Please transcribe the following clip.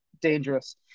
Dangerous